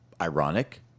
ironic